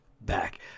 back